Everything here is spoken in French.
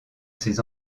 ses